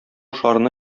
шарны